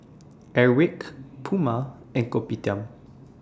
Airwick Puma and Kopitiam